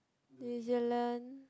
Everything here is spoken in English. New-Zealand